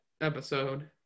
episode